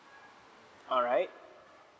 alright